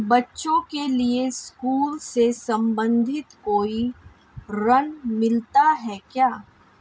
बच्चों के लिए स्कूल से संबंधित कोई ऋण मिलता है क्या?